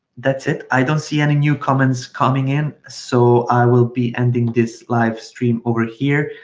that's it. i don't see any new comments coming in, so i will be ending this live stream over here.